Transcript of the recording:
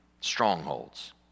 strongholds